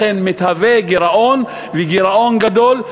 לכן מתהווה גירעון וגירעון גדול,